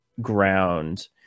ground